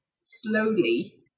slowly